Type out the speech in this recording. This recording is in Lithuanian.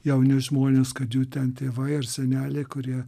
jauni žmonės kad jų ten tėvai ar seneliai kurie